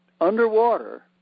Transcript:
underwater